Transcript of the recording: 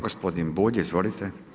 Gospodin Bulj, izvolite.